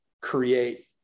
create